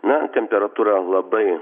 na temperatūra labai